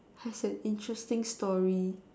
has an interesting story